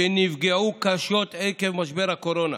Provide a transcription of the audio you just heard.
שנפגעו קשות עקב משבר הקורונה,